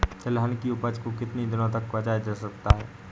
तिलहन की उपज को कितनी दिनों तक बचाया जा सकता है?